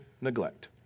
neglect